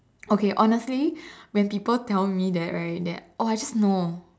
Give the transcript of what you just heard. okay honestly when people tell me that right that oh I just know